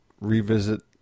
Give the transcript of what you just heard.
revisit